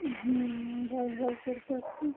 হুম একটু